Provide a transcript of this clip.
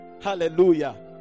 Hallelujah